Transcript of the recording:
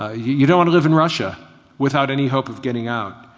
ah you don't want to live in russia without any hope of getting out.